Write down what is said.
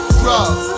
drugs